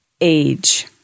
age